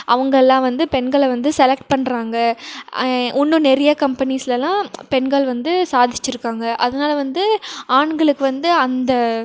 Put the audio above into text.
அவங்க எல்லாம் வந்து பெண்களை வந்து செலக்ட் பண்ணுறாங்க இன்னும் நிறைய கம்பெனிஸிலலாம் பெண்கள் வந்து சாதித்திருக்காங்க அதனால வந்து ஆண்களுக்கு வந்து அந்த